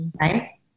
right